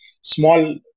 small